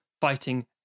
fighting